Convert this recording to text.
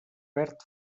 verd